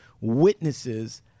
witnesses